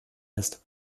ist